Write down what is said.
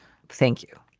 thank you.